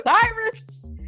Cyrus